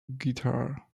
guitar